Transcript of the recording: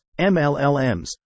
MLLMs